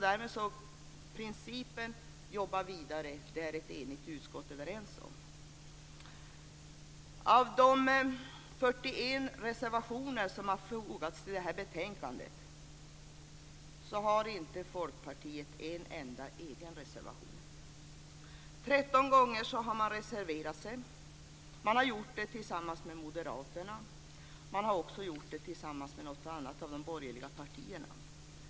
Därmed är ett enigt utskott överens om principen att jobba vidare. Av de 41 reservationer som har fogats till det här betänkandet har inte Folkpartiet en enda egen reservation. 13 gånger har man reserverat sig. Man har gjort det tillsammans med moderaterna. Man har också gjort det tillsammans med något annat av de borgerliga partierna.